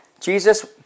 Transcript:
Jesus